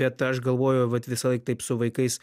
bet aš galvoju vat visąlaik taip su vaikais